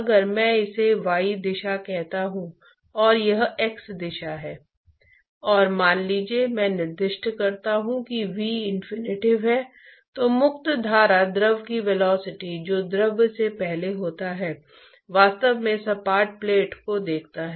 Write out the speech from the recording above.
और इसे As द्वारा 1 के रूप में परिभाषित किया गया है जो कि ठोस से द्रव तक हीट ट्रांसपोर्ट के लिए उपलब्ध समग्र सतह क्षेत्र है जो h गुना dAs में है